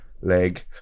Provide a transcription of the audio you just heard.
leg